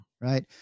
right